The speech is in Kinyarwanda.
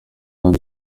hano